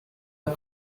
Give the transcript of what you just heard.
pas